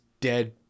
dead